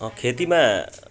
खेतीमा